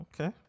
Okay